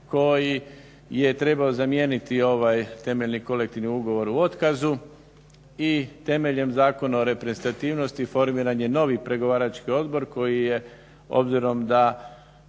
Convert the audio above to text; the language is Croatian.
koji je trebao zamijeniti ovaj temeljni kolektivni ugovor u otkazu i temeljem Zakona o reprezentativnosti formiran je novi pregovarački odbor koji je obzirom da